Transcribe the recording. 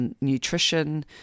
nutrition